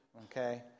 Okay